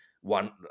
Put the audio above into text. one